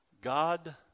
God